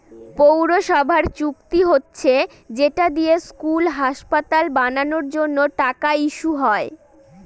পৌরসভার চুক্তি হচ্ছে যেটা দিয়ে স্কুল, হাসপাতাল বানানোর জন্য টাকা ইস্যু হয়